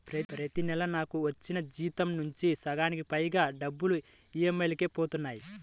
ప్రతి నెలా నాకు వచ్చిన జీతం నుంచి సగానికి పైగా డబ్బులు ఈ.ఎం.ఐ లకే పోతన్నాయి